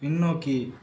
பின்னோக்கி